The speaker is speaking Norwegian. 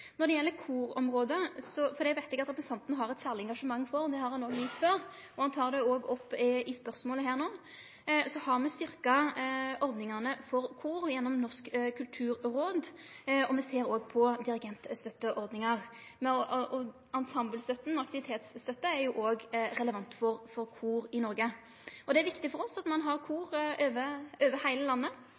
Når det gjeld korområdet – eg veit at representanten har eit særleg engasjement for det, det har han vist før, og han tek det òg opp i spørsmålet her no – så har me styrkt ordningane for kor gjennom Norsk kulturråd, og me ser òg på dirigentstøtteordningar. Ensemblestøtta, aktivitetsstøtta, er òg relevant for kor i Noreg. Det er viktig for oss at ein har kor over heile landet, og at ein kan styrkje kora over heile landet.